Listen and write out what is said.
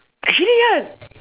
actually ya